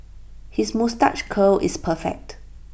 his moustache curl is perfect